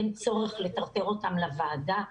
אין צורך לטרטר אותם לוועדה.